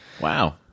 Wow